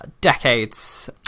decades